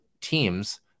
teams